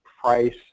price